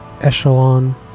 Echelon